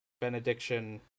Benediction